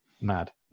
mad